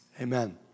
Amen